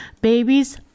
babies